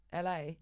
LA